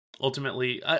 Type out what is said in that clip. ultimately